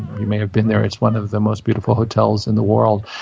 you may have been there. it's one of the most beautiful hotels in the world.